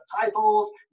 titles